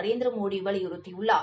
நரேந்திர மோடி வலியுறுத்தியுள்ளார்